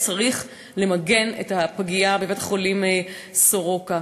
צריך למגן את הפגייה בבית-החולים סורוקה,